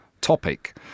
topic